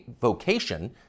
vocation